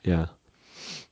ya